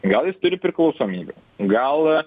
gal jis turi priklausomybių gal